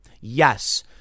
Yes